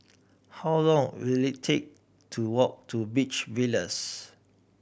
how long will it take to walk to Beach Villas